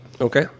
Okay